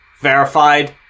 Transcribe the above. verified